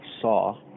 saw